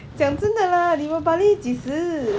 讲真的啦 deepavali 几时